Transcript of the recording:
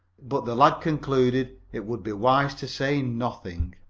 but the lad concluded it would be wise to say nothing.